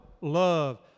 love